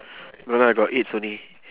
no lah got eight only